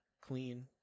clean